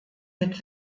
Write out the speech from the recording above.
mit